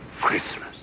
Christmas